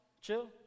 chill